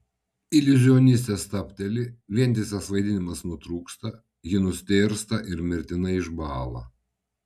iliuzionistė stabteli vientisas vaidinimas nutrūksta ji nustėrsta ir mirtinai išbąla